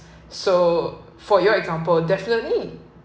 so for your example definitely